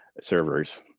servers